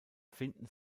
finden